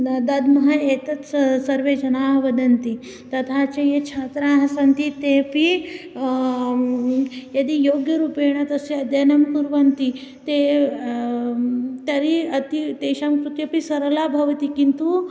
न दद्मः एतत् स सर्वे जनाः वदन्ति तथा च ये छात्राः सन्ति तेपि यदि योग्यरूपेण तस्य अध्ययनं कुर्वन्ति ते तर्हि अति तेषां कृते अपि सरला भवति किन्तु